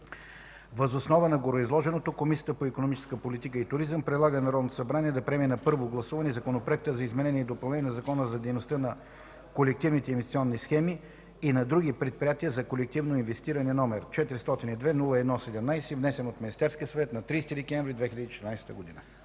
Въз основа на гореизложеното Комисията по икономическа политика и туризъм предлага на Народното събрание да приеме на първо гласуване Законопроекта за изменение и допълнение на Закона за дейността на колективните инвестиционни схеми и на други предприятия за колективно инвестиране, № 402-01-17, внесен от Министерския съвет на 30 декември 2014 г.”